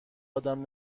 ادم